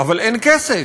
אבל אין כסף,